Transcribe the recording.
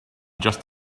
just